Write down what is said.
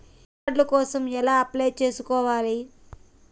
Credit card కోసం ఎలా apply చేసుకోవాలి?